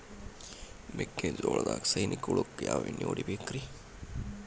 ಮೆಕ್ಕಿಜೋಳದಾಗ ಸೈನಿಕ ಹುಳಕ್ಕ ಯಾವ ಎಣ್ಣಿ ಹೊಡಿಬೇಕ್ರೇ?